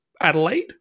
Adelaide